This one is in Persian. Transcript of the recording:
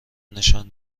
نشانم